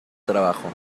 trabajo